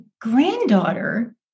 granddaughter